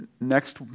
Next